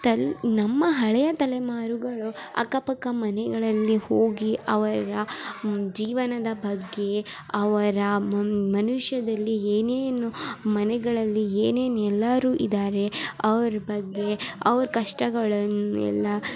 ತಲೆ ನಮ್ಮ ಹಳೆಯ ತಲೆಮಾರುಗಳು ಅಕ್ಕಪಕ್ಕ ಮನೆಗಳಲ್ಲಿ ಹೋಗಿ ಅವರ ಜೀವನದ ಬಗ್ಗೆ ಅವರ ಮನುಷ್ಯದಲ್ಲಿ ಏನೇನು ಮನೆಗಳಲ್ಲಿ ಏನೇನು ಎಲ್ಲರೂ ಇದ್ದಾರೆ ಅವ್ರ ಬಗ್ಗೆ ಅವ್ರ ಕಷ್ಟಗಳನ್ನು ಎಲ್ಲ